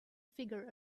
figure